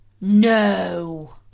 No